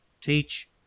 teach